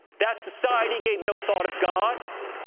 that society gave no thought of god,